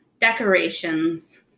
decorations